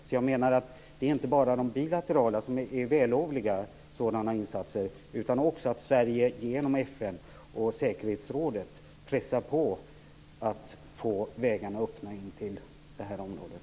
Det är alltså inte bara bilaterala insatser som är vällovliga, utan också att Sverige genom FN och säkerhetsrådet pressar på för att öppna vägarna in till det här området.